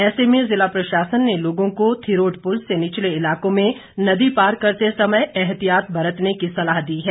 ऐसे में ज़िला प्रशासन ने लोगों को थिरोट पुल से निचले इलाकों में नदी पार करते समय एहतियात बरतने की सलाह दी है